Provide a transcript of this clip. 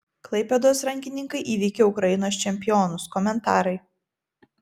klaipėdos rankininkai įveikė ukrainos čempionus komentarai